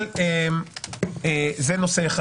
נושא שני